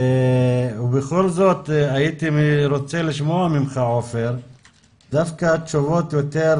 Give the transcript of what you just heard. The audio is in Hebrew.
ובכל זאת הייתי רוצה לשמוע ממך עופר תשובות דווקא יותר